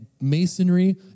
masonry